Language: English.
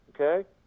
Okay